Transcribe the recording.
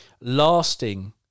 lasting